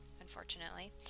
unfortunately